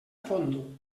fondo